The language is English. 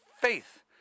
faith